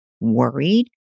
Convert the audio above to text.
worried